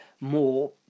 more